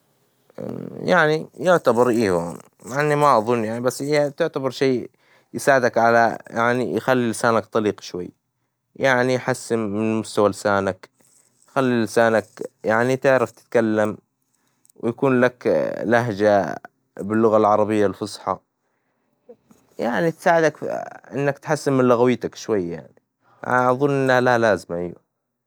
يعني يعتبر إيوه مع إني ما اظن يعني، بس هي بتعتبر شي يساعدك على يعني يخلي لسانك طليق شوي يعني، يحسن من مستوى لسانك، خل لسانك يعني تعرف تتكلم، ويكون لك لهجة باللغة العربية الفصحى يعني تساعدك إنك تحسن من لغويتك شوي يعني أظن إنها لها لازمة إيوة.